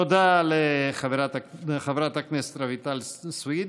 תודה רבה לחברת הכנסת רויטל סויד.